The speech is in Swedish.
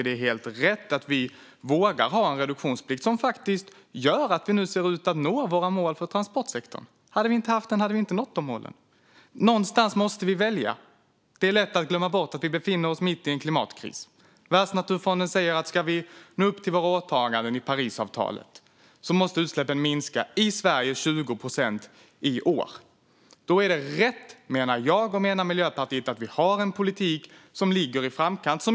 Det är helt rätt att vi vågar ha en reduktionsplikt som gör att vi nu faktiskt ser ut att nå våra mål för transportsektorn. Om vi inte hade haft den hade vi inte nått dessa mål. Någonstans måste vi välja. Det är lätt att glömma bort att vi befinner oss mitt i en klimatkris. Världsnaturfonden säger att utsläppen i Sverige måste minska med 20 procent i år om vi ska nå upp till våra åtaganden i Parisavtalet. Därför menar Miljöpartiet och jag att det är rätt med en politik som ligger i framkant.